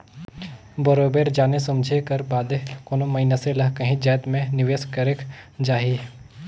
बरोबेर जाने समुझे कर बादे कोनो मइनसे ल काहींच जाएत में निवेस करेक जाही